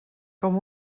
com